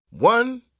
One